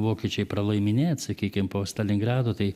vokiečiai pralaiminėt sakykim po stalingrado tai